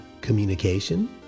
communication